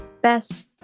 best